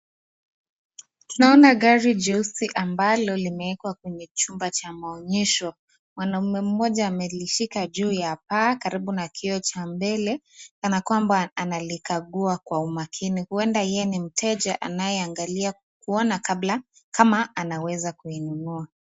Tunaona gari jeusi ambalo limeekwa kwenye chumba cha maonyesho. Mwanaume mmoja amelishika juu ya paa karibu na kioo cha mbele kana kwamba analikagua kwa umakini, uenda yeye ni mteja anayeangalia kuona kama anaweza kuinunua.